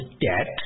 debt